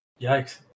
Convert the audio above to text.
Yikes